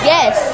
Yes